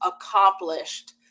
accomplished